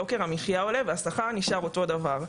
יוקר המחייה עולה והשכר נשאר אותו הדבר.